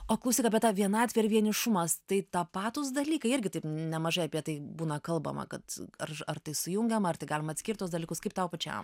o klausyk apie tą vienatvę ir vienišumas tai tapatūs dalykai irgi taip nemažai apie tai būna kalbama kad ar ar tai sujungiam ar tai galim atskirt tuos dalykus kaip tau pačiam